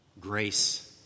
grace